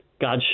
God